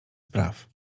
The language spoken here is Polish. spraw